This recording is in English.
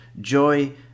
joy